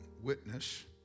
witness